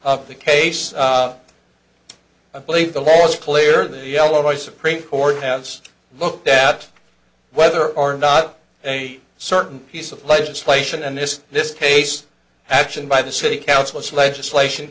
of the case i believe the horse clear the yellow i supreme court has looked at whether or not a certain piece of legislation and this this case action by the city council is legislation